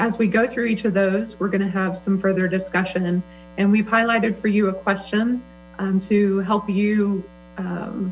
as we go through each of those we're going to have some further discussion and and we've highlighted for you a question to help you